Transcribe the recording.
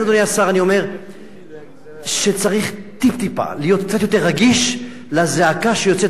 אני אומר שצריך להיות טיפ-טיפה יותר רגיש לזעקה שיוצאת מהציבור